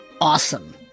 Awesome